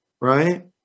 right